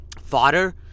fodder